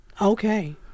Okay